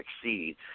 succeed